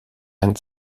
ein